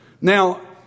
Now